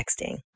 Texting